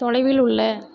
தொலைவில் உள்ள